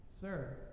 Sir